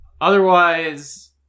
Otherwise